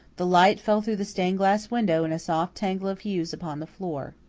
the light fell through the stained-glass window in a soft tangle of hues upon the floor.